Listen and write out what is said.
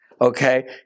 Okay